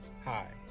Hi